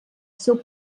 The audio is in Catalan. seu